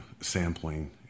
sampling